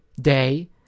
Day